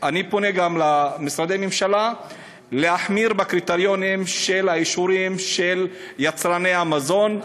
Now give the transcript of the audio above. אני פונה גם למשרדי הממשלה להחמיר בקריטריונים לאישורים של יצרני המזון.